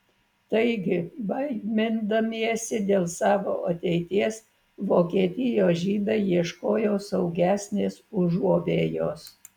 taigi baimindamiesi dėl savo ateities vokietijos žydai ieškojo saugesnės užuovėjos